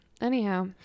anyhow